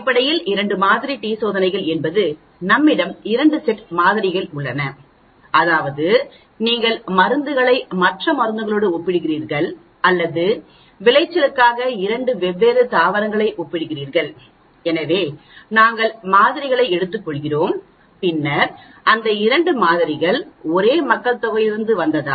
அடிப்படையில் இரண்டு மாதிரி டி சோதனைகள் என்பது நம்மிடம் இரண்டு செட் மாதிரிகள் உள்ளன அதாவது நீங்கள் மருந்துகளை மற்ற மருந்துகளோடு ஒப்பிடுகிறீர்கள் அல்லது விளைச்சலுக்காக இரண்டு வெவ்வேறு தாவரங்களை ஒப்பிடுகிறீர்கள் எனவே நாங்கள் மாதிரிகளை எடுத்துக்கொள்கிறோம் பின்னர் அந்த இரண்டு மாதிரிகள் ஒரே மக்கள்தொகையிலிருந்து வந்ததா